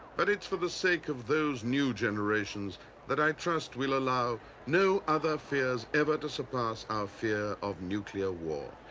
but it's for the sake of those new generations that i trust we'll allow no other fears ever to surpass our fear of nuclear war,